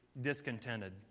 discontented